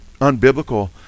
unbiblical